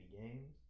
games